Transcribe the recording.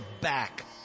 back